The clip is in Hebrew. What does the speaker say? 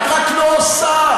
את רק לא עושה.